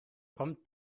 kommt